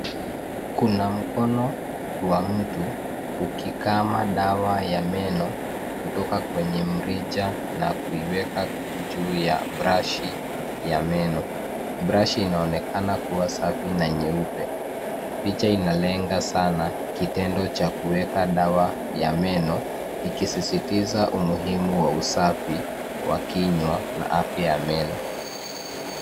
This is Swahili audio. Kuna mkono wa mtu akikamua dawa ya meno kutoka kwenye mrija na kuiweka juu ya brashi ya meno. Brashi inaonekana safi na mpya. Picha inalenga sana kitendo cha kuiweka dawa ya meno, ikisisitiza umuhimu wa usafi wa kinywa na afya ya meno.